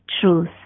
truth